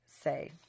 say